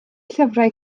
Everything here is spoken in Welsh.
llyfrau